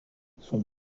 son